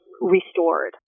restored